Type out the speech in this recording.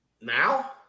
Now